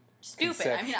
Stupid